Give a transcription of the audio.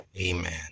amen